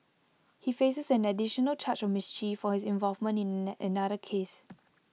he faces an additional charge of mischief for his involvement in another case